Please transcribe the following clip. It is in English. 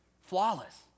Flawless